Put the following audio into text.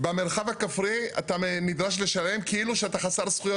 במרחב הכפרי אתה נדרש לשלם כאילו שאתה חסר זכויות